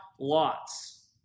lots